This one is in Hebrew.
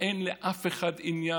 אין לאף אחד עניין,